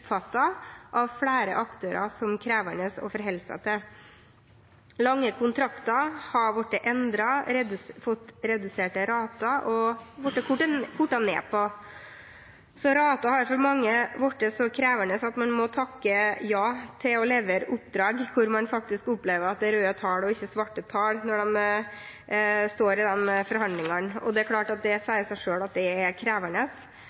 fått reduserte rater og blitt kortet ned på. Ratene har for mange blitt så krevende at de må takke ja til å levere oppdrag hvor man faktisk opplever røde og ikke svarte tall når man står i forhandlingene. Det er klart at det sier seg selv at det er krevende.